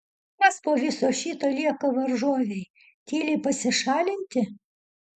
kas po viso šito lieka varžovei tyliai pasišalinti